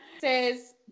Says